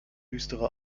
düstere